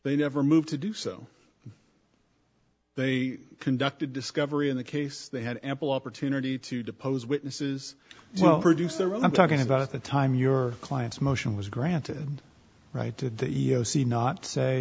they never moved to do so they conducted discovery in the case they had ample opportunity to depose witnesses well produce their own i'm talking about the time your client's motion was granted right at the e e o c not say